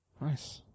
Nice